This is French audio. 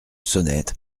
sonnette